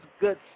good